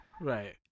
Right